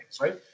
right